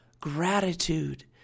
gratitude